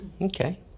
Okay